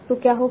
तो क्या होगा